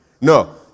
No